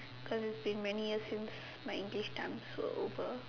cause it's been many years since my English times were over